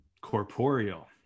Corporeal